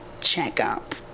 checkup